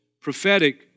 prophetic